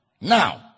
now